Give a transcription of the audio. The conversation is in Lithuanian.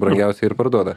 brangiausią ir parduoda